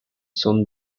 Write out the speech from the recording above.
soon